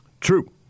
True